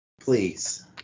Please